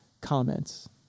comments